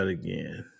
again